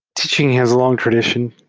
teaching has a long tradition.